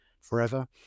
forever